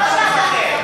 מה אתה מפחד?